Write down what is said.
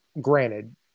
Granted